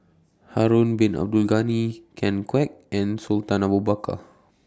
Harun Bin Abdul Ghani Ken Kwek and Sultan Abu Bakar